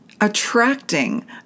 attracting